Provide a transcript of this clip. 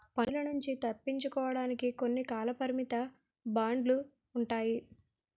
పన్నుల నుంచి తప్పించుకోవడానికి కొన్ని కాలపరిమిత బాండ్లు ఉంటాయి